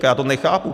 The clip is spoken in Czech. Já to nechápu.